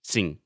Sim